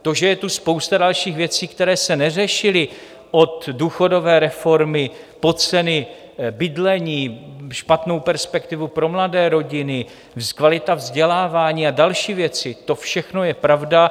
To, že je tu spousta dalších věcí, které se neřešily, od důchodové reformy po ceny bydlení, špatnou perspektivu pro mladé rodiny, kvalita vzdělávání a další věci, to všechno je pravda.